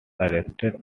arrested